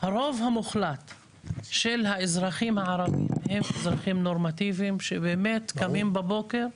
הרוב המוחלט של האזרחים הערבים הם אזרחים נורמטיביים שבאמת קמים בבוקר,